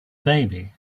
baby